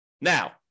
Now